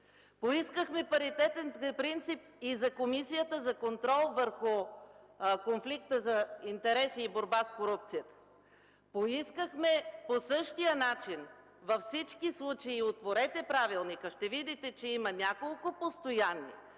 Поискахме паритетен принцип и за Комисията за борба с корупцията и конфликт на интереси и парламентарна етика. Поискахме по същия начин във всички случаи – отворете правилника и ще видите, че има няколко постоянни